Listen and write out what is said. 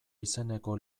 izeneko